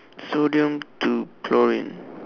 sodium to chlorine